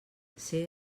ser